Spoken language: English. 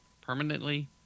Permanently